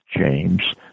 James